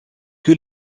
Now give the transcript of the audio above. que